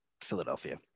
Philadelphia